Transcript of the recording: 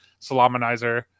Salamanizer